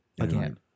again